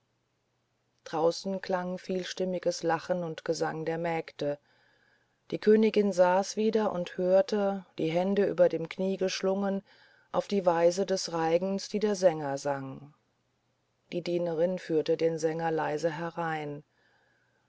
draußen klang vielstimmiges lachen und gesang der mägde die königin saß nieder und hörte die hände über dem knie geschlungen auf die weise des reigens die der sänger sang die dienerin führte den sänger leise herein